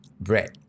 bread